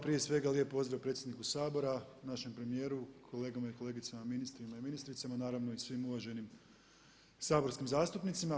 Prije svega lijep pozdrav predsjedniku Sabora, našem premijeru, kolegama i kolegicama ministrima i ministricama, naravno i svim uvaženim saborskim zastupnicima.